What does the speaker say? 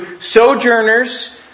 sojourners